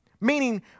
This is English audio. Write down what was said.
Meaning